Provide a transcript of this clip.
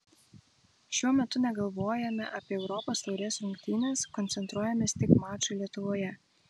šiuo metu negalvojame apie europos taurės rungtynes koncentruojamės tik mačui lietuvoje